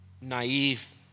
naive